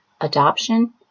adoption